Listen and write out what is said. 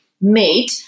made